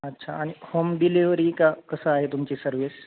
अच्छा आणि home delivery का कसं आहे तुमची सर्विस